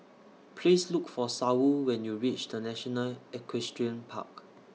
Please Look For Saul when YOU REACH The National Equestrian Park